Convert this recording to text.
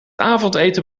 avondeten